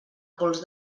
pols